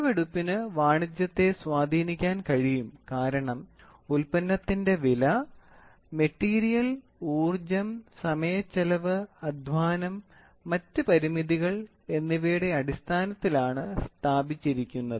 അളവെടുപ്പിനു വാണിജ്യത്തെ സ്വാധീനിക്കാൻ കഴിയും കാരണം ഉൽപ്പന്നത്തിന്റെ വില മെറ്റീരിയൽ ഊർജ്ജം സമയ ചെലവ് അധ്വാനം മറ്റ് പരിമിതികൾ എന്നിവയുടെ അടിസ്ഥാനത്തിലാണ് സ്ഥാപിച്ചിരിക്കുന്നത്